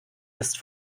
ist